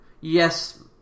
Yes